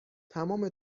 تمام